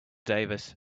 davis